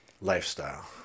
lifestyle